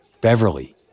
Beverly